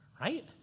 right